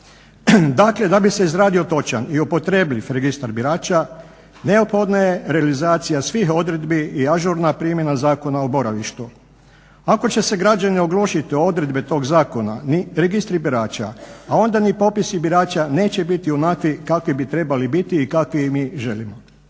Dakle, da bi se izradio točan i upotrebljiv registar birača neophodna je realizacija svih odredbi i ažurna primjena Zakona o boravištu. Ako će se građanin oglušiti o odredbe tog zakona ni registri birača, a onda ni popisi birača neće biti onakvi kakvi bi trebali biti i kakve ih mi želimo.